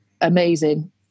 amazing